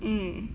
mm